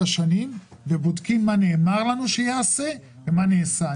שנים ובודקים מה נאמר לנו שייעשה ומה נעשה.